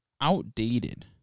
outdated